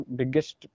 biggest